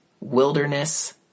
wilderness